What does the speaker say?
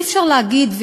אי-אפשר להגיד,